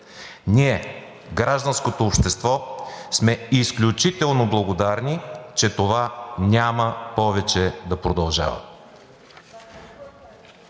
Ние, гражданското общество, сме изключително благодарни, че това няма повече да продължава.“